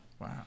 Wow